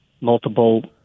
multiple